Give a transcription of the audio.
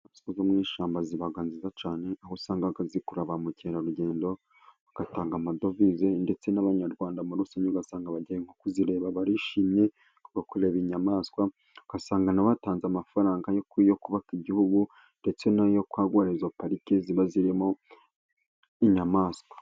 Inyamaswa zo mu ishyamba ziba nziza cyane, aho usanga zikurura ba mukerarugendo, bagatanga amadovize, ndetse n'abanyarwanda muri rusange usanga bagiye nko kuzireba barishimye, kubwo kurereba inyamaswa, ugasanga batanze amafaranga yo kubaka igihugu, ndetse n'ayo kwagura izo pariki ziba zirimo inyamaswa.